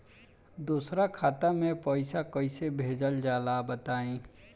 दोसरा खाता में पईसा कइसे भेजल जाला बताई?